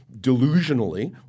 delusionally